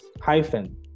hyphen